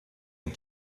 and